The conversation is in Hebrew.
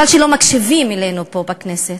מכיוון שלא מקשיבים לנו פה בכנסת,